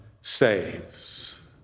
saves